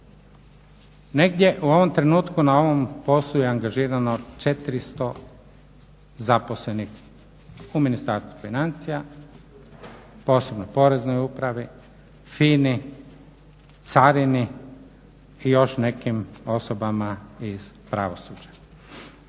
Negdje u ovom trenutku na ovom poslu je angažirano 400 zaposlenih u Ministarstvu financija, posebno Poreznoj upravi, FINA-i, carini i još nekim osobama iz pravosuđa.